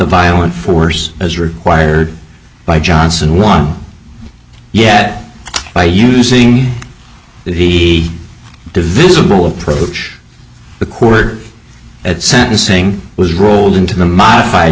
violent force as required by johnson won yet by using the be divisible approach the cord at sentencing was rolled into the modified